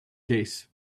case